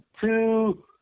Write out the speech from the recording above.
two